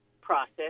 process